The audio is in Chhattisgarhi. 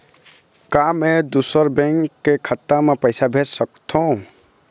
का मैं ह दूसर बैंक के खाता म पैसा भेज सकथों?